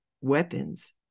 weapons